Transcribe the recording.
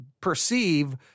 perceive